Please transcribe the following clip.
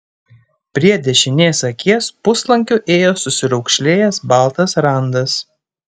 prie dešinės akies puslankiu ėjo susiraukšlėjęs baltas randas